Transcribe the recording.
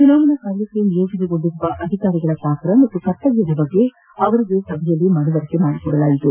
ಚುನಾವಣಾ ಕಾರ್ಯಕ್ಕೆ ನಿಯೋಜನೆಗೊಂಡಿರುವ ಅಧಿಕಾರಿಗಳ ಪಾತ್ರ ಹಾಗೂ ಕರ್ತವ್ಯದ ಬಗ್ಗೆ ಅವರುಗಳಿಗೆ ಸಭೆಯಲ್ಲಿ ಮನವರಿಕೆ ಮಾಡಿಕೊಡಲಾಯಿತು